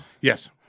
Yes